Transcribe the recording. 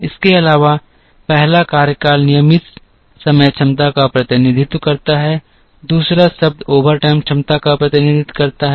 इसके अलावा पहला कार्यकाल नियमित समय क्षमता का प्रतिनिधित्व करता है दूसरा शब्द ओवरटाइम क्षमता का प्रतिनिधित्व करता है